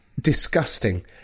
disgusting